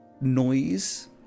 noise